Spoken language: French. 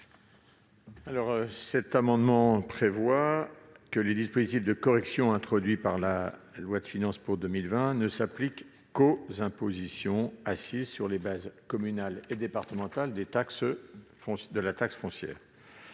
? Cet amendement prévoit que les dispositifs de correction, introduits par la loi de finances pour 2020, ne s'appliquent qu'aux impositions assises sur les bases communales et départementales de la taxe foncière.